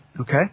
okay